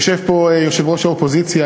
יושב פה יושב-ראש האופוזיציה,